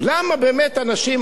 למה באמת אנשים,